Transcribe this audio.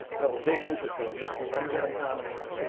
rebel visions, which was the history of underground comix,